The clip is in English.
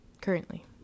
currently